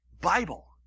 Bible